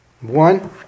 One